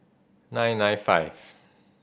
nine nine five